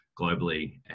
globally